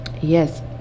yes